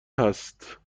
هست